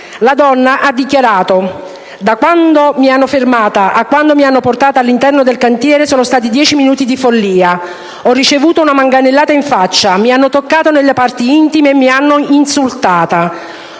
La donna ha dichiarato: «Da quando mi hanno fermata a quando mi hanno portato all'interno del cantiere sono stati dieci minuti di follia. Ho ricevuto una manganellata in faccia, mi hanno toccato nelle parti intime e mi hanno insultata».